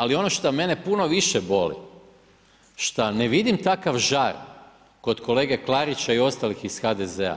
Ali ono što mene puno više boli, šta ne vidim takav žar kod kolege Klarića i ostalih iz HDZ-a,